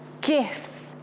gifts